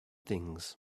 things